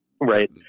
right